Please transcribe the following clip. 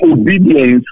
obedience